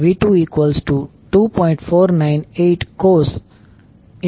498 cos 2t 30